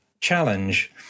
challenge